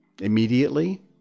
immediately